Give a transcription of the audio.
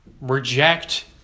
reject